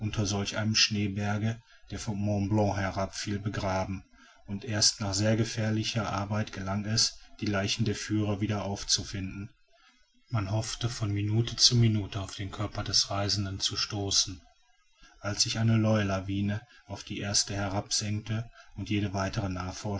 solch einem schneeberge der vom mont blanc herabfiel begraben und erst nach sehr gefährlicher arbeit gelang es die leichen der führer wieder aufzufinden man hoffte von minute zu minute auf den körper des reisenden zu stoßen als sich eine neue lawine auf die erste herabsenkte und jede weitere